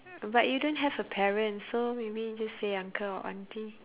but you don't have a parent so maybe just say uncle or aunty